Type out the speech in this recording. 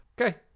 okay